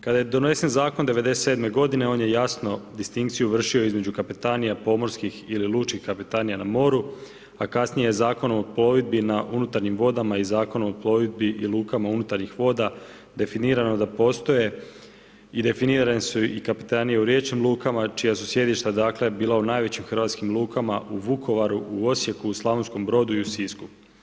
Kada je donesen Zakon 1997. godine, on je jasno distinkciju vršio između kapetanija pomorskih ili lučkih kapetanija na moru, a kasnije je Zakonom o plovidbi na unutarnjim vodama i Zakonu o plovidbi i lukama unutarnjih voda, definirano da postoje i definirane su i kapetanije u riječnim lukama čija su sjedišta dakle, bila u najvećim hrvatskim lukama, u Vukovaru, u Osijeku, u Slavonskom Brodu i u Sisku.